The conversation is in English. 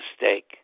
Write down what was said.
mistake